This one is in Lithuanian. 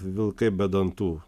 vilkai be dantų